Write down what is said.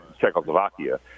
Czechoslovakia